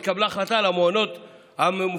התקבלה החלטה על המעונות המפוקחים,